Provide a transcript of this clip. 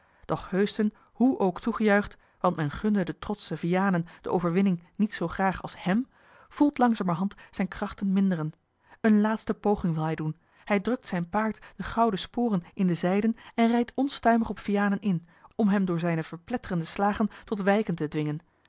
doch heusden hoe ook toegejuicht want men gunde den trotschen vianen de overwinning niet zoo graag als hém voelt langzamerhand zijne krachten minderen eene laatste poging wil hij doen hij drukt zijn paard de gouden sporen in de zijden en rijdt onstuimig op vianen in om hem door zijne verpletterende slagen tot wijken te dwingen